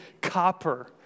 copper